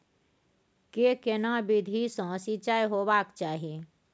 के केना विधी सॅ सिंचाई होबाक चाही?